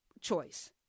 choice